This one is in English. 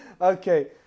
Okay